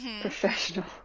Professional